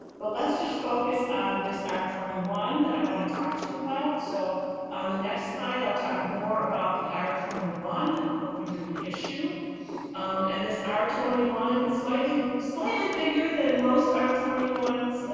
but let's just focus on this r twenty one that i want to talk to you about. so on the next slide. i'll talk more about the r twenty one that we're hoping to reissue um and this r twenty one it's slightly, slightly bigger than most r twenty one s.